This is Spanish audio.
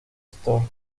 store